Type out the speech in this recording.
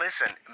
listen